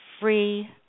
free